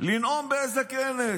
לנאום באיזה כנס.